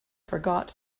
forgot